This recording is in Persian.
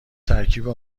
ترکیب